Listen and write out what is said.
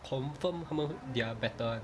confirm 他们 they are better [one]